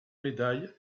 médailles